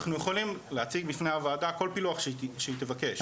אנחנו יכולים להציג בפני הוועדה כל פילוח שהיא תבקש.